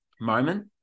moment